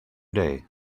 day